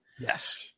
Yes